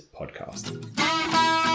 podcast